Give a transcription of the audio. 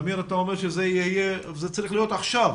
אמיר, אתה אומר שזה יהיה אבל זה צריך להיות עכשיו.